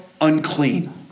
unclean